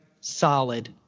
solid